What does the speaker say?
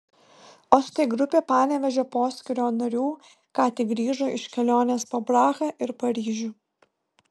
o štai grupė panevėžio poskyrio narių ką tik grįžo iš kelionės po prahą ir paryžių